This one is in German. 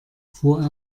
fuhr